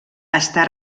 està